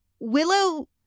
Willow